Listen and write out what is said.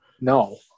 No